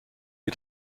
wie